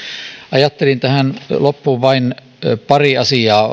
ajattelin tähän loppuun ottaa esille vain pari asiaa